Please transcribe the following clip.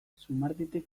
zumarditik